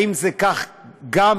האם כך זה גם